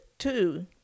two